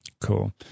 cool